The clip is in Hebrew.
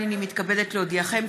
הינני מתכבדת להודיעכם,